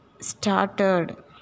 started